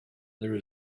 there